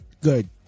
Good